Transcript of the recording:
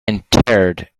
interred